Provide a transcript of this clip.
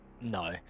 no